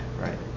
right